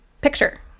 picture